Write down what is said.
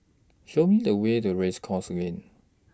Show Me The Way to Race Course Lane